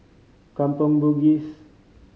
Kampong Bugis